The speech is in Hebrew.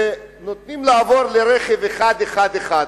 ונותנים לעבור לרכב אחד-אחד-אחד.